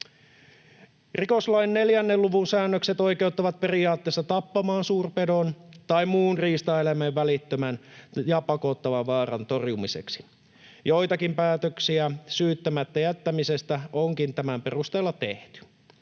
Rikoslain 4 luvun säännökset oikeuttavat periaatteessa tappamaan suurpedon tai muun riistaeläimen välittömän ja pakottavan vaaran torjumiseksi. Joitakin päätöksiä syyttämättä jättämisestä onkin tämän perusteella tehty.